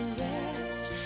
rest